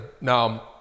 now